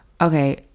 Okay